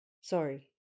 Sorry